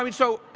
i mean so